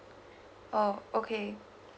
oh okay